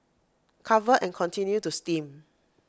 cover and continue to steam